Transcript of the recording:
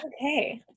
okay